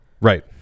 right